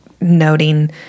noting